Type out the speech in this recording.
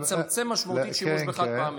לצמצם משמעותית את השימוש בחד-פעמי.